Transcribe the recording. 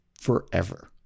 forever